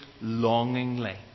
longingly